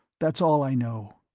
that's all i know.